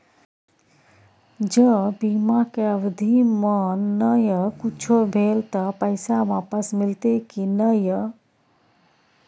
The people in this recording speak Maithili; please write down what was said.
ज बीमा के अवधि म नय कुछो भेल त पैसा वापस मिलते की नय?